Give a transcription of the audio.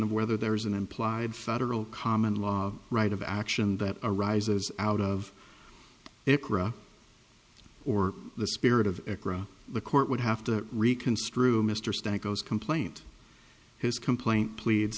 of whether there is an implied federal common law right of action that arises out of it raw or the spirit of agra the court would have to rican strewn mr stack goes complaint his complaint pleads